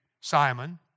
Simon